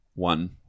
one